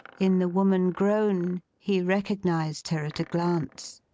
in the woman grown, he recognised her at a glance.